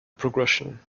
progression